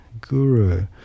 guru